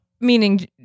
Meaning